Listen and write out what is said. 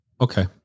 Okay